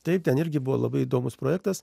tai ten irgi buvo labai įdomus projektas